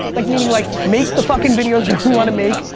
like meaning like make the fucking videos we want to make,